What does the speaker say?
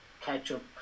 ketchup